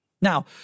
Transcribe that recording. Now